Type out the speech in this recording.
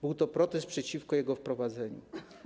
Był to protest przeciwko jego wprowadzeniu.